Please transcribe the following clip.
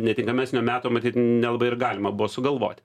netinkamesnio meto matyt nelabai ir galima buvo sugalvoti